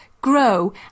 grow